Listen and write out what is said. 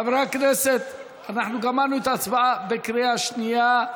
חברי הכנסת, אנחנו גמרנו את ההצבעה בקריאה שנייה,